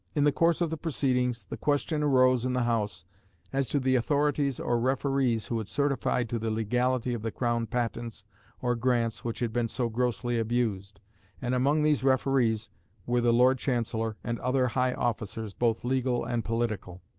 in the course of the proceedings, the question arose in the house as to the authorities or referees who had certified to the legality of the crown patents or grants which had been so grossly abused and among these referees were the lord chancellor and other high officers, both legal and political.